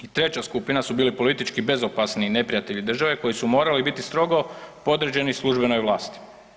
I treća skupina su bili politički bezopasni neprijatelji države koji su morali biti strogo podređeni službenoj vlasti.